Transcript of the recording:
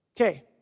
Okay